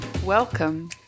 Welcome